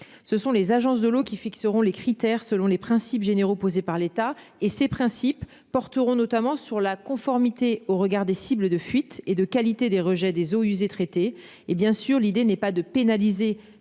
Ce sont les agences de l'eau qui fixeront les critères selon les principes généraux posées par l'État et ses principes porteront notamment sur la conformité au regard des cibles de fuite et de qualité des rejets des eaux usées traitées et bien sûr l'idée n'est pas de pénaliser